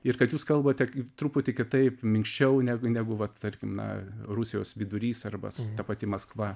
ir kad jūs kalbate truputį kitaip minkščiau negu negu vat tarkim na rusijos vidurys arba ta pati maskva